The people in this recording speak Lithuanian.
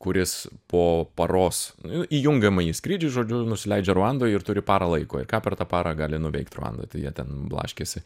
kuris po paros nu į jungiamąjį skrydį žodžiu nusileidžia ruandoj ir turi parą laiko ir ką per tą parą gali nuveikt ruandoj tai jie ten blaškėsi